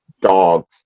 dogs